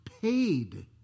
paid